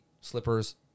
slippers